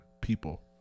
people